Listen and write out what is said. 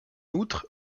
outre